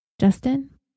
Justin